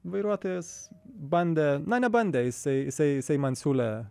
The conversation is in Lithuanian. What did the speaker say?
vairuotojas bandė na ne bandė jisai jisai jisai man siūlė